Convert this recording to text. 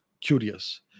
curious